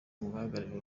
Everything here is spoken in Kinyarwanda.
guhagararira